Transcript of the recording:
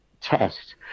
test